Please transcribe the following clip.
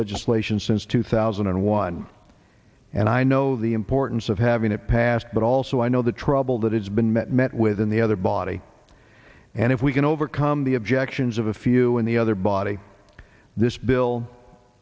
legislation since two thousand and one and i know the importance of having it passed but also i know the trouble that it's been met met with in the other body and if we can overcome the objections of a few in the other body this bill